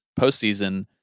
postseason